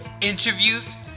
interviews